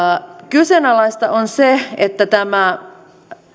kyseenalaista on se että tämä